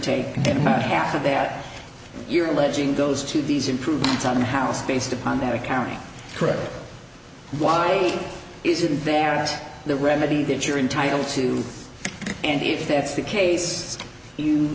not half of that you're alleging goes to these improvements on the house based upon that accounting credit why isn't there at the remedy that you're entitled to and if that's the case you